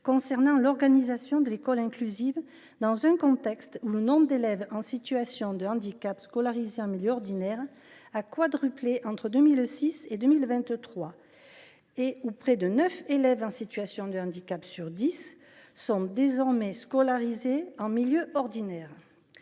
concernant l’organisation de l’école inclusive, dans un contexte où le nombre d’élèves en situation de handicap scolarisés en milieu ordinaire a quadruplé entre 2006 et 2023, et où près de neuf élèves en situation de handicap sur dix sont désormais scolarisés en milieu ordinaire.